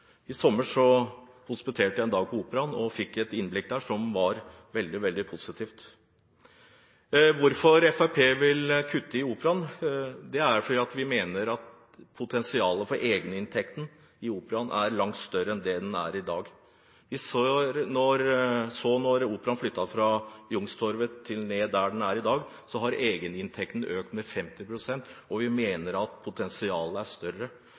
I sommer hospiterte jeg en dag i Operaen og fikk et innblikk som var veldig, veldig positivt. Grunnen til at Fremskrittspartiet vil kutte i Operaen, er at vi mener at potensialet for egeninntekter i Operaen er langt større enn egeninntektene er i dag. Vi så at da Operaen flyttet fra Youngstorget til dit den er i dag, økte egeninntektene med 50 pst., og vi mener at potensialet er større.